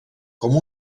com